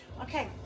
okay